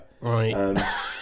Right